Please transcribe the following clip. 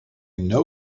know